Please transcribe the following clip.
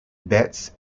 betts